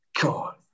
God